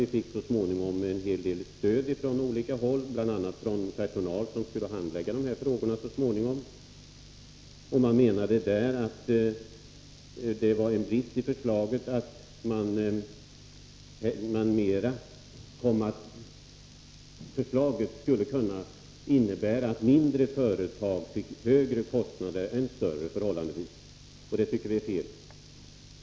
Vi fick så småningom hjälp ifrån olika håll, bl.a. ifrån personal som senare skulle handlägga de här frågorna. Man menade att förslaget skulle kunna innebära att mindre företag fick förhållandevis högre kostnader än större företag. Detta tycker vi är fel.